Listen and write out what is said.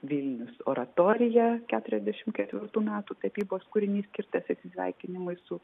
vilnius oratorija keturiasdešimt ketvirtų metų tapybos kūrinys skirtas atsisveikinimui su